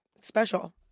Special